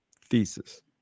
thesis